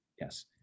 Yes